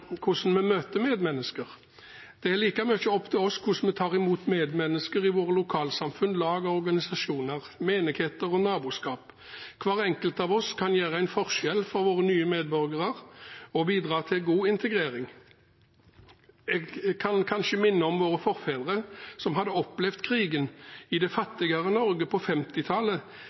hvordan vi møter medmennesker. Det er like mye opp til oss hvordan vi tar imot medmennesker i våre lokalsamfunn, lag og organisasjoner, menigheter og naboskap. Hver enkelt av oss kan utgjøre en forskjell for våre nye medborgere og bidra til god integrering. Jeg kan kanskje minne om våre forfedre, som hadde opplevd krigen, i det